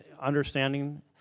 understanding